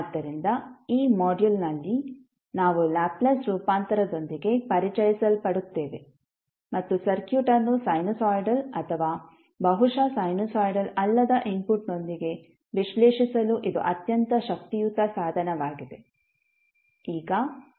ಆದ್ದರಿಂದ ಈ ಮಾಡ್ಯುಲ್ನಲ್ಲಿ ನಾವು ಲ್ಯಾಪ್ಲೇಸ್ ರೂಪಾಂತರದೊಂದಿಗೆ ಪರಿಚಯಿಸಲ್ಪಡುತ್ತೇವೆ ಮತ್ತು ಸರ್ಕ್ಯೂಟ್ ಅನ್ನು ಸೈನುಸಾಯಿಡಲ್ ಅಥವಾ ಬಹುಶಃ ಸೈನುಸಾಯಿಡಲ್ ಅಲ್ಲದ ಇನ್ಫುಟ್ನೊಂದಿಗೆ ವಿಶ್ಲೇಷಿಸಲು ಇದು ಅತ್ಯಂತ ಶಕ್ತಿಯುತ ಸಾಧನವಾಗಿದೆ